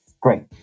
Great